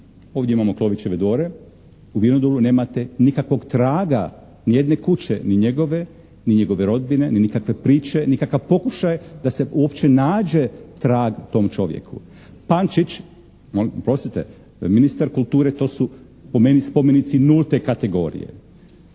ovdje imamo Klovićeve dvore, u Vinodolu nemate nikakvog traga, nijedne kuće, ni njegove, ni njegove rodbine ni nikakve priče, nikakav pokušaj da se uopće nađe trag tom čovjeku. Pančić, oprostite, ministar kulture, to su po meni spomenici nulte kategorije.